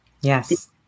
Yes